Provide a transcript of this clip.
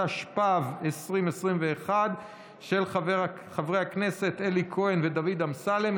התשפ"ב 2021, של חברי הכנסת אלי כהן ודוד אמסלם.